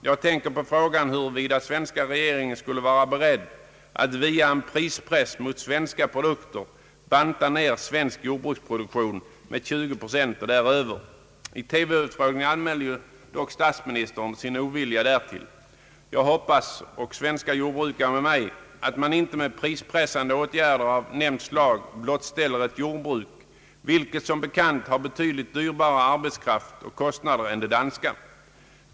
Jag tänker på frågan huruvida den svenska regeringen skulle vara beredd att via en prispress mot svenska produkter banta ner svensk jordbruksproduktion med 20 procent och däröver. I TV-utfrågningen anmälde dock statsministern sin ovilja därtill. Jag hoppas — och svenska jordbrukare med mig — att man inte med prispressande åtgärder av nämnt slag blottställer ett jordbruk, vilket som bekant har betydligt dyrare arbetskraft och kostnader än det danska.